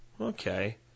Okay